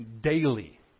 daily